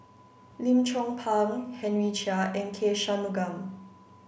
Lim Chong Pang Henry Chia and K Shanmugam